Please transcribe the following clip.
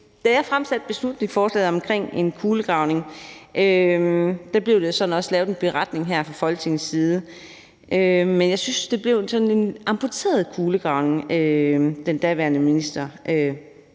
Da jeg fremsatte beslutningsforslaget om en kulegravning, blev der så også lavet en beretning her fra Folketingets side, men jeg synes, det blev sådan en amputeret kulegravning, den daværende minister